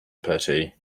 pity